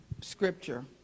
scripture